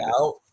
out